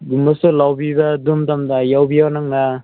ꯒꯨꯝꯕꯁꯨ ꯂꯧꯕꯤꯕ ꯑꯗꯨ ꯃꯇꯝꯗ ꯌꯥꯎꯕꯤꯌꯣ ꯅꯪꯅ